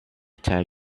tag